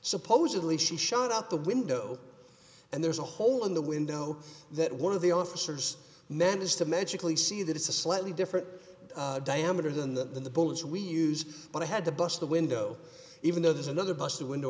supposedly she shot out the window and there's a hole in the window that one of the officers managed to magically see that it's a slightly different diameter than the as we use what i had to bust the window even though there's another busted window